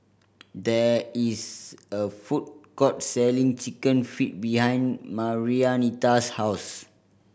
there is a food court selling Chicken Feet behind Marianita's house